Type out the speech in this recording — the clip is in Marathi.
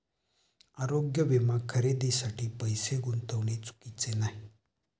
आरोग्य विमा खरेदीसाठी पैसे गुंतविणे चुकीचे नाही